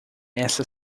essa